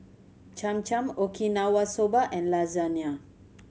Cham Cham Okinawa Soba and Lasagne